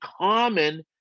common